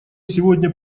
сегодня